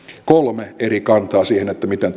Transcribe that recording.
kolme eri kantaa siihen miten